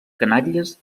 canàries